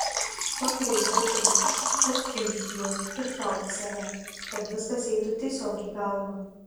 pakreipk butelius atkimšk juos ir trauk į save kad viskas eitų tiesiog į galvą